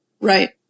Right